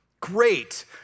Great